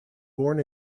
born